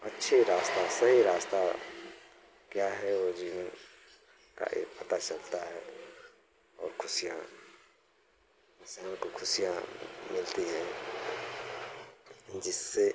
अच्छे रास्ता सही रास्ता क्या है वो जीवन ता ये पता चलता है और खुशियाँ दूसरों को खुशियाँ मिलती हैं जिससे